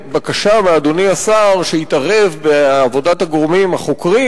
אין לי בקשה מאדוני השר שיתערב בעבודת הגורמים החוקרים